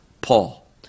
paul